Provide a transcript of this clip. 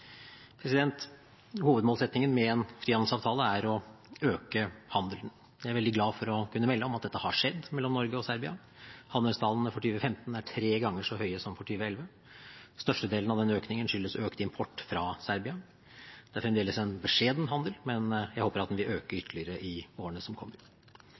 med en frihandelsavtale er å øke handelen. Jeg er veldig glad for å kunne melde om at dette har skjedd mellom Norge og Serbia. Handelstallene for 2015 er tre ganger så høye som for 2011. Størstedelen av denne økningen skyldes økt import fra Serbia. Det er fremdeles en beskjeden handel, men jeg håper at den vil øke ytterligere i årene som kommer.